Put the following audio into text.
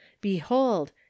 behold